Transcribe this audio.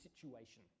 situation